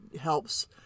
helps